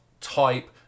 type